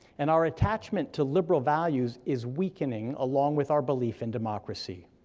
and our attachment to liberal values is weakening along with our belief in democracy.